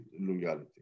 loyalty